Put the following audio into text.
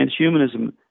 transhumanism